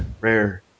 rare